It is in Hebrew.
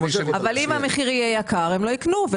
אם המחיר יהיה יקר, הם לא יקנו.